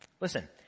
Listen